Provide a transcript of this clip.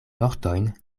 vortojn